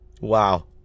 wow